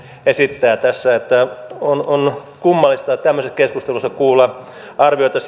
esittävät tässä on on kummallista tämmöisessä keskustelussa kuulla arvioita